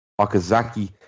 Okazaki